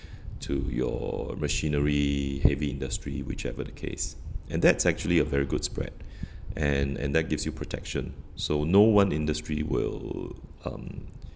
to your machinery heavy industry whichever the case and that's actually a very good spread and and that gives you protection so no one industry will um